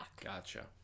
Gotcha